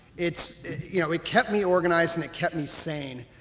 it's you know it kept me organized and it kept me sane.